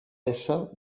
ésser